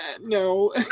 no